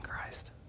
Christ